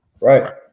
right